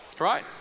right